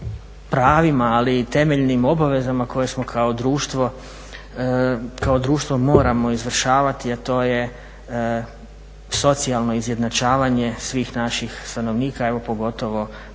ali i temeljenim obavezama koje smo kao društvo moramo izvršavati jer to je socijalno izjednačavanje svih naših stanovnika pogotovo